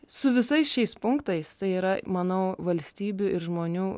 su visais šiais punktais tai yra manau valstybių ir žmonių